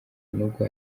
n’ubwo